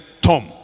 Tom